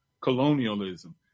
colonialism